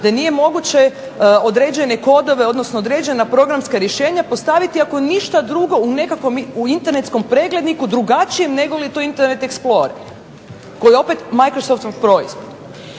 da nije moguće određene kodove odnosno određena programska rješenja postaviti ako ništa drugo u nekakvom internetskom pregledniku drugačijem nego je to internet explorer koji je opet micfosoftov proizvod.